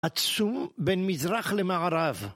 עצום בין מזרח למערב